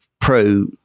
pro